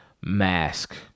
mask